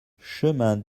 chemin